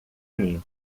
mim